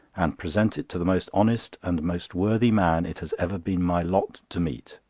and present it to the most honest and most worthy man it has ever been my lot to meet.